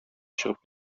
чыгып